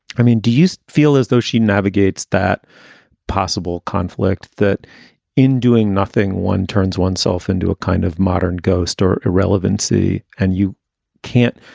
i mean, do you feel as though she navigates that possible conflict that in doing nothing, one turns one's self into a kind of modern ghost or irrelevancy? and you can't.